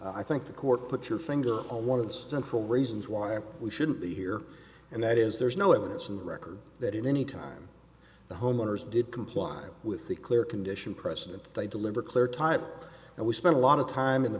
i think the court put your finger on one of those central reasons why we shouldn't be here and that is there's no evidence in the record that in any time the homeowners did comply with the clear condition precedent they deliver clear title and we spent a lot of time in the